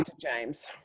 James